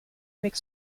avec